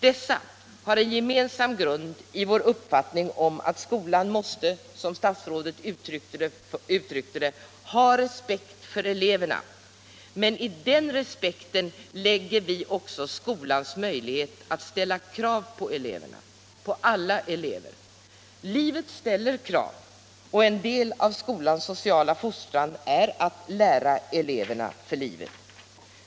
De har en gemensam grund i vår uppfattning att skolan måste, som statsrådet uttryckte det, ha respekt för eleverna. Men i den respekten lägger vi också in skolans möjlighet att ställa krav på eleverna — på alla elever. Livet ställer krav, och en del av skolans sociala fostran är att lära eleverna för livet.